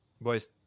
Boys